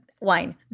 wine